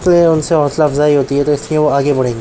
کوئی ان سے حوصلہ افزائی ہوتی ہے تو اس لئے وہ آگے بڑھیں گے